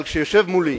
אבל כשיושב מולי